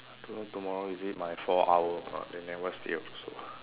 don't know tomorrow is it my four hour !wah! they never say also